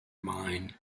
mine